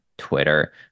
Twitter